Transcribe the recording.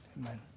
amen